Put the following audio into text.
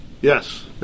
Yes